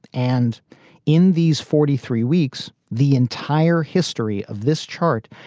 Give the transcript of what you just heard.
and in these forty three weeks, the entire history of this chart,